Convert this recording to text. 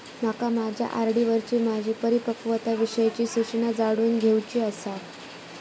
माका माझ्या आर.डी वरची माझी परिपक्वता विषयची सूचना जाणून घेवुची आसा